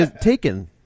taken